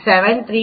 737